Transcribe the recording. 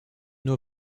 nur